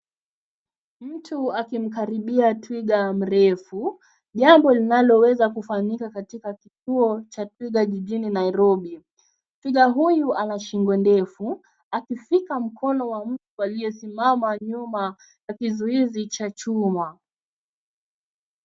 Mtu akimkaribia twiga mrefu, ni jambo linaloweza kufanyika katika kituo cha twiga jijini Nairobi. Twiga huyu ana shingo ndefu akishika mkono analiyesimama nyuma ya kizuizi cha chuma.